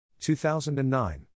2009